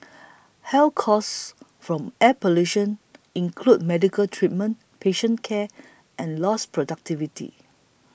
health costs from air pollution include medical treatment patient care and lost productivity